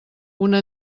una